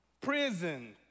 prison